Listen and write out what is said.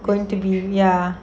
going to be ya